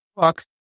fuck